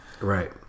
Right